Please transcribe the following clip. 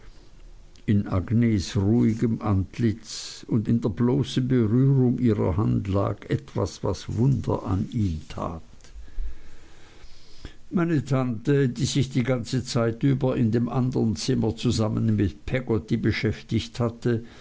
in agnes ruhigem antlitz und in der bloßen berührung ihrer hand lag etwas das wunder an ihm tat meine tante die sich die ganze zeit über in dem andern zimmer zusammen mit peggotty beschäftigt hatte